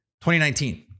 2019